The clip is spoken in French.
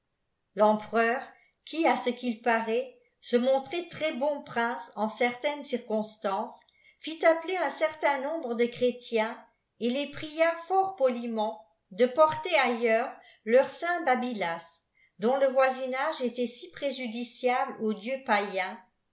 lempereur qui à ce qu'il parait montrait très-bon prince en certaines circonstances fit appeler un certain nombre dé chrétiens et les pria fort poliment de porter ailleurs leul saint babylas dont le voisinage était si préjudiciable au dieu païen